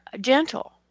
gentle